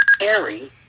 Harry